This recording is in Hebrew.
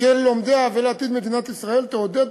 של לומדיה ולעתיד מדינת ישראל תעודד